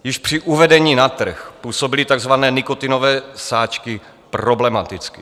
Již při uvedení na trh působily takzvané nikotinové sáčky problematicky.